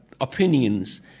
opinions